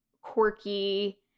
quirky